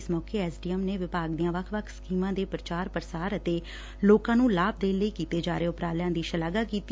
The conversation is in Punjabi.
ਇਸ ਮੌਕੇ ਐਸਡੀਐਮ ਨੇ ਵਿਭਾਗ ਦੀਆਂ ਵੱਖ ਵੱਖ ਸਕੀਮਾਂ ਦੇ ਪ੍ਰਚਾਰ ਪ੍ਰਸਾਰ ਅਤੇ ਲੋਕਾਂ ਨੂੰ ਲਾਭ ਦੇਣ ਲਈ ਕੀਤੇ ਜਾ ਰਹੇ ਉਪਰਾਲਿਆਂ ਦੀ ਸ਼ਲਾਘਾ ਕੀਤੀ